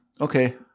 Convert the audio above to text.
Okay